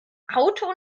auto